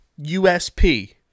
USP